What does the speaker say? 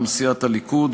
מטעם סיעת הליכוד,